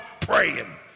praying